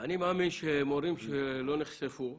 אני מאמין שמורים שלא נחשפו,